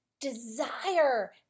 desire